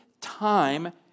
time